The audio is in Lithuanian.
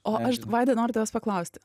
o aš vaida noriu tavęs paklausti